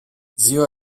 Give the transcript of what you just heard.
zio